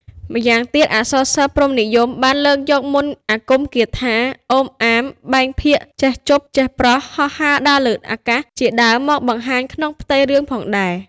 ម្យ៉ាងទៀត អក្សរសិល្ប៍ព្រហ្មនិយមបានលើកយកមន្តអាគមគាថា ឩមអាម បែងភាគ ចេះជប ចេះប្រស់ ហោះហើរដើរលើអាកាស ជាដើមមកបង្ហាញក្នុងផ្ទៃរឿងផងដែរ។